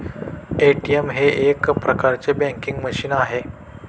ATM हे एक प्रकारचे बँकिंग मशीन आहे